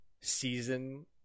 season